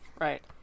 right